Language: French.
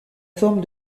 forme